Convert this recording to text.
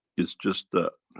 is just that,